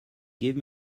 give